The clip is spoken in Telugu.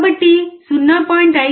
కాబట్టి 0